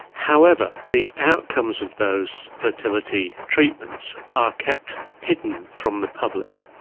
however, the outcomes of those fertility treatments are kept hidden from the public,